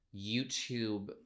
YouTube